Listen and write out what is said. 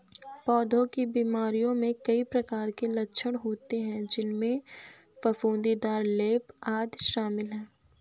पौधों की बीमारियों में कई प्रकार के लक्षण होते हैं, जिनमें फफूंदीदार लेप, आदि शामिल हैं